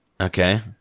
Okay